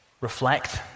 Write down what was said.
reflect